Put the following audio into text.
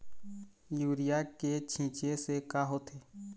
Urea के छींचे से का होथे?